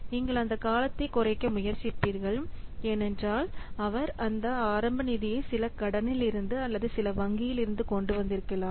நீங்கள் அந்தக் காலத்தைக் குறைக்க முயற்சிப்பீர்கள் ஏனென்றால் அவர் இந்த ஆரம்ப நிதியை சில கடனிலிருந்து அல்லது சில வங்கியிலிருந்து கொண்டு வந்திருக்கலாம்